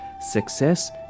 Success